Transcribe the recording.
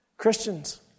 Christians